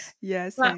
Yes